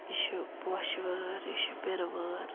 یہِ چھُ پوشہٕ وٲر یہِ چھُ پِرٕ وٲر